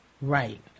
Right